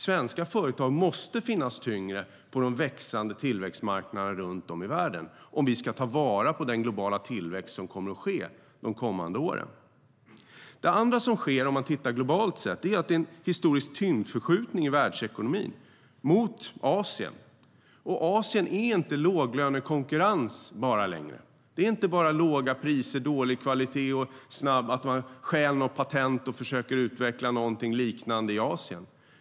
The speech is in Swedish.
Svenska företag måste bli tyngre på de växande tillväxtmarknaderna runt om i världen om vi ska ta vara på den globala tillväxt som kommer att ske de kommande åren. Det andra som sker globalt sett är en historisk tyngdförskjutning i världsekonomin mot Asien. Asien är inte längre bara låglönekonkurrens. Det är inte bara låga priser och dålig kvalitet, att man stjäl patent och försöker utveckla någonting liknande i Asien.